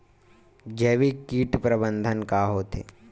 जैविक कीट प्रबंधन का होथे?